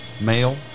male